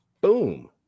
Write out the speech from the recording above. Boom